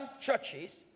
churches